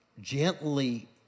gently